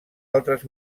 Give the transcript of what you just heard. altres